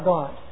God